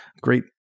Great